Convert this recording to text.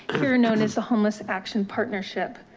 here known as the homeless action partnership,